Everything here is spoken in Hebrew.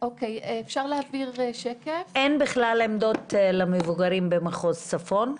אין בכלל עמדות למבוגרים במחוז צפון?